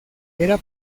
era